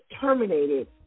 terminated